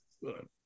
good